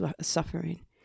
suffering